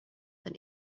than